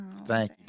thank